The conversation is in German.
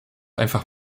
einfach